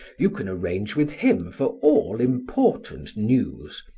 you can arrange with him for all important news,